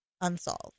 unsolved